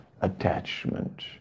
attachment